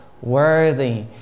worthy